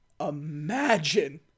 imagine